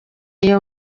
iyo